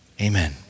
Amen